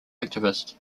activist